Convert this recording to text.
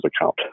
account